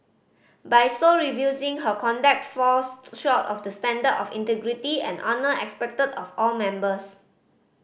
by so refusing her conduct falls short of the standard of integrity and honour expected of all members